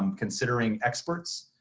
um considering experts,